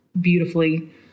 beautifully